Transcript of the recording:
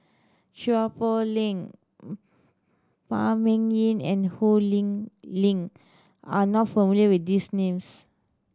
Chua Poh Leng Phan Ming Yen and Ho Lee Ling are not familiar with these names